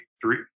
three